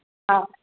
हा